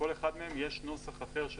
לכל אחד מהם יש נוסח אחר של